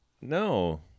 No